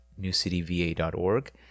newcityva.org